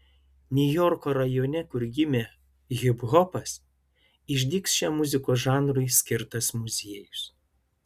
niujorko rajone kur gimė hiphopas išdygs šiam muzikos žanrui skirtas muziejus